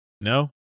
No